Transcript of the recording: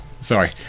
Sorry